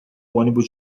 ônibus